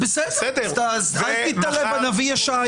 בסדר, אז אל תיתלה בנביא ישעיה.